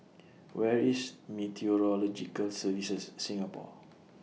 Where IS Meteorological Services Singapore